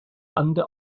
under